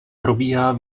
probíhá